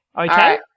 Okay